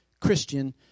Christian